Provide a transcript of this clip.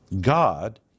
God